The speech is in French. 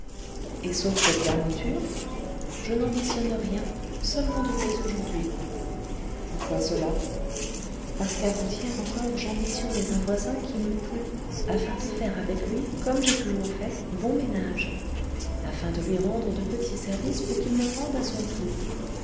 et sauf cette garniture je n'ambitionne rien seulement depuis aujourd'hui pourquoi cela parce quavant hier encore j'ambitionnais un voisin qui me plût afin de faire avec lui comme j'ai toujours fait bon ménage afin de lui rendre de petits services pour qu'il m'en rende à son tour